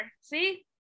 see